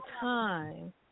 time